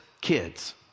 kids